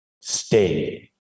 stay